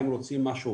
הם רוצים משהו